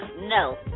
No